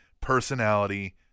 personality